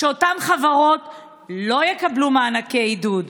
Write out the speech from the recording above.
שאותן חברות לא יקבלו מענקי עידוד.